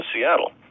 Seattle